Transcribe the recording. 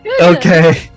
Okay